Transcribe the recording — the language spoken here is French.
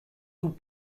tout